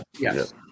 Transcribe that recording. yes